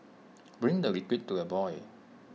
bring the liquid to the boil